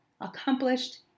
accomplished